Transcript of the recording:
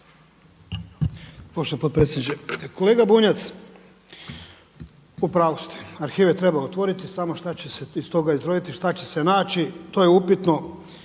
Poštovani potpredsjedniče. Kolega Bunjac, u pravu ste, arhive treba otvoriti samo šta će se iz toga izroditi, šta će se naći to je upitno.